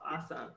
awesome